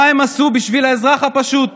מה הם עשו בשביל האזרח הפשוט,